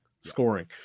scoring